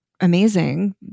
amazing